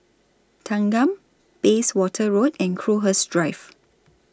Thanggam Bayswater Road and Crowhurst Drive